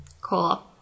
Cool